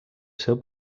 seu